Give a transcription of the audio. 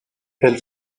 elle